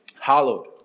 Hallowed